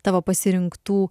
tavo pasirinktų